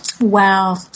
Wow